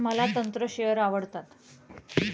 मला तंत्र शेअर आवडतात